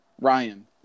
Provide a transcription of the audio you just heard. Ryan